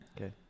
Okay